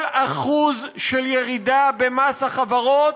כל 1% של ירידה במס החברות,